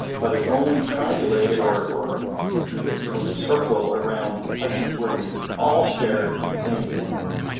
but it only triangulated, or or drew this sort of circle, around the sections where we all shared the same dna.